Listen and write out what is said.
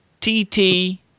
T-T